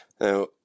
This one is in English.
Now